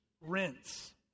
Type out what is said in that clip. Rinse